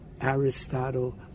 Aristotle